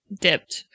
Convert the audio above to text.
Dipped